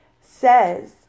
says